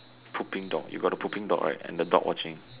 pooping dog you got the pooping dog right and the dog watching